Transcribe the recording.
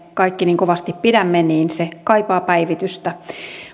kaikki niin kovasti pidämme kaipaa päivitystä